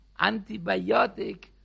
antibiotic